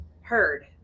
heard